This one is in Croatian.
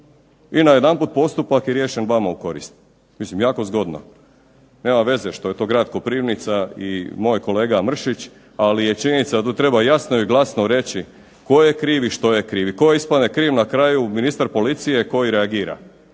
i najedanput postupak je riješen vama u korist. Mislim jako zgodno. Nema veze što je to grad Koprivnica i moj kolega Mršić, ali je činjenica da to treba jasno i glasno reći tko je kriv i što je kriv. I tko ispadne kriv na kraju? Ministar policije koji reagira.